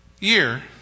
year